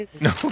No